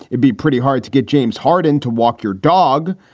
it'd be pretty hard to get james harden to walk your dog.